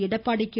Edappadi K